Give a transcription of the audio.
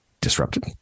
disrupted